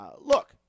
Look